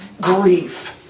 grief